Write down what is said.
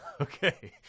Okay